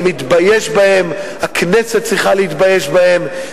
אני מתבייש בהם, הכנסת צריכה להתבייש בהם.